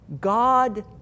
God